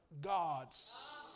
gods